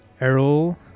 Errol